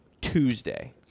Tuesday